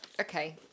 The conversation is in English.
okay